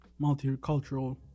multicultural